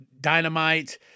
Dynamite